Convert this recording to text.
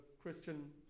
Christian